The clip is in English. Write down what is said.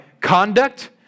conduct